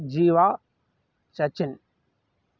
Jeeva Sachin